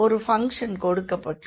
ஒரு ஃபங்ஷன் கொடுக்கப்பட்டுள்ளது